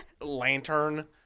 lantern